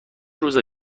روز